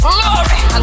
Glory